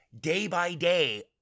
day-by-day